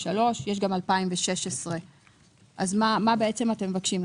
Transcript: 2003. יש גם 2016. אז מה בעצם אתם מבקשים?